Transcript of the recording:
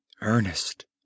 Ernest